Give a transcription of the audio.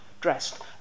dressed